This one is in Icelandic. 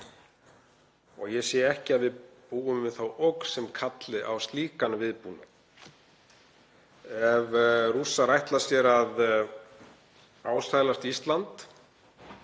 Ég sé ekki að við búum við þá ógn sem kalli á slíkan viðbúnað. Ef Rússar ætla sér að ásælast Ísland